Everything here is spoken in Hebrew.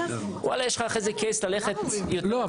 ואללה יש לך קייס אחר כך ללכת לא,